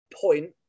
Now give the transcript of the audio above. point